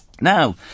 now